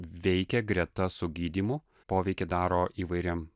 veikia greta su gydymu poveikį daro įvairiem